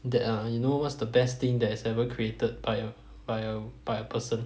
that uh you know what's the best thing that has ever created by a by a by a person